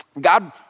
God